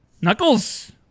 Knuckles